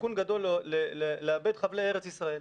בסיכון גדול לאבד חבלי ארץ ישראל.